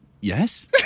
Yes